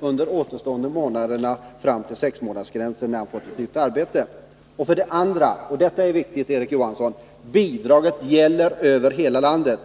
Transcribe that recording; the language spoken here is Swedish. under de återstående månaderna fram till sexmånadersgränsen. För det andra: Bidraget gäller — och detta är viktigt — över hela landet.